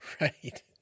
right